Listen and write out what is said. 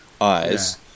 eyes